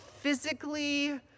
physically